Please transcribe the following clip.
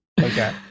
okay